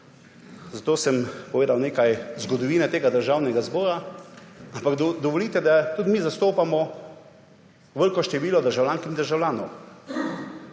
zato sem povedal nekaj zgodovine tega državnega zbora, ampak dovolite, da tudi mi zastopamo velik število državljank in državljanov.